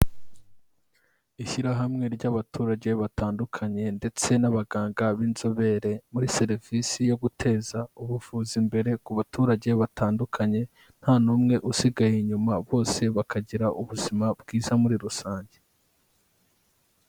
Ishyirahamwe ry'abaturage batandukanye ndetse n'abaganga b'inzobere muri serivisi yo guteza ubuvuzi imbere ku baturage batandukanye, nta n'umwe usigaye inyuma bose bakagira ubuzima bwiza muri rusange.